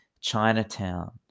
Chinatown